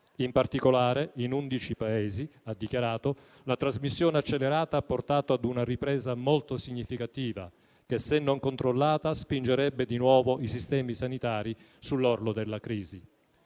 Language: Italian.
In particolare in 11 Paesi, ha dichiarato: «la trasmissione accelerata ha portato ad una ripresa molto significativa che, se non controllata, spingerebbe di nuovo i sistemi sanitari sull'orlo della crisi».